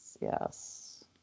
yes